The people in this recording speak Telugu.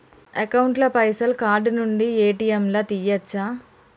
అకౌంట్ ల పైసల్ కార్డ్ నుండి ఏ.టి.ఎమ్ లా తియ్యచ్చా?